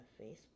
Facebook